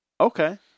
Okay